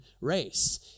race